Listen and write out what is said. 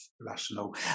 rational